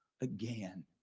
again